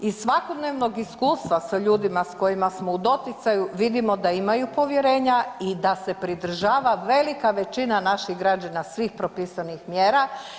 Iz svakodnevnog iskustva sa ljudima sa kojima smo u doticaju vidimo da imaju povjerenja i da se pridržava velika većina naših građana svih propisanih mjera.